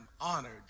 honored